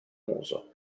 muso